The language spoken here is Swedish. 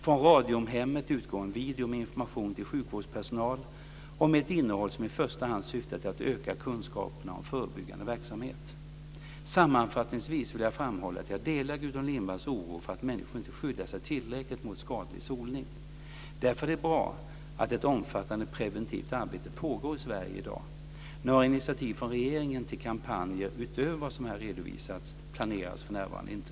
Från Radiumhemmet utgår en video med information till sjukvårdspersonal och med ett innehåll som i första hand syftar till att öka kunskaperna om förebyggande verksamhet. Sammanfattningsvis vill jag framhålla att jag delar Gudrun Lindvalls oro för att människor inte skyddar sig tillräckligt mot skadlig solning. Därför är det bra att ett omfattande preventivt arbete pågår i Sverige i dag. Några initiativ från regeringen till kampanjer, utöver vad som här redovisats, planeras för närvarande inte.